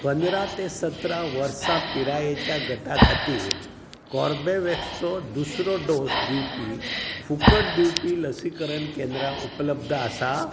पंदरा ते सतरा वर्सां पिरायेच्या गटा खातीर कोर्बेवॅक्सचो दुसरो डोस दिवपी फुकट दिवपी लसीकरण केंद्रां उपलब्ध आसा